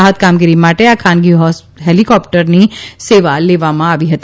રાહત કામગીરી માટે આ ખાનગી હેલિક્રોપ્ટરની સેવા લેવામાં આવી હતી